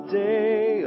day